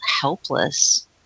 helpless